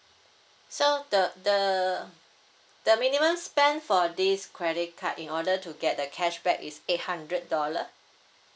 so the the the minimum spend for this credit card in order to get the cashback is eight hundred dollar